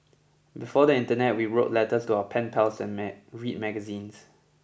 before the internet we wrote letters to our pen pals and read magazines